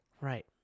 Right